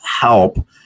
help